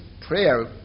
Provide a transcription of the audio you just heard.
prayer